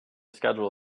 schedule